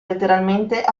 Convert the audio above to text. letteralmente